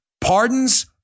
Pardons